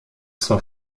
zur